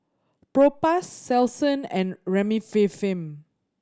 Propass Selsun and Remifemin